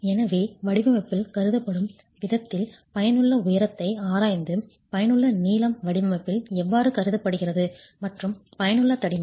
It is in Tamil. எனவே வடிவமைப்பில் கருதப்படும் விதத்தில் பயனுள்ள உயரத்தை ஆராய்ந்து பயனுள்ள நீளம் வடிவமைப்பில் எவ்வாறு கருதப்படுகிறது மற்றும் பயனுள்ள தடிமன்